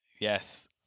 Yes